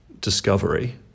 discovery